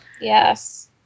Yes